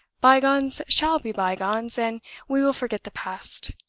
by-gones shall be by-gones, and we will forget the past.